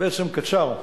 בעצם קצר.